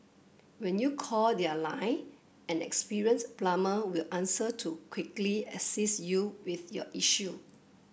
when you call their line an experienced plumber will answer to quickly assist you with your issue